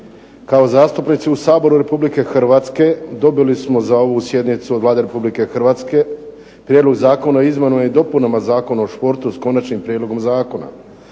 Kao zastupnici u Saboru RH dobili smo za ovu sjednice od Vlade RH Prijedlog zakona o izmjenama i dopunama Zakona o športu s Konačnim prijedlogom zakona.